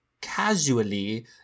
casually